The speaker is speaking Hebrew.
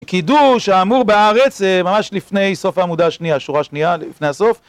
הקידוש האמור בארץ זה ממש לפני סוף העמודה השנייה, השורה השנייה, לפני הסוף.